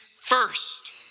first